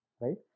right